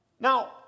Now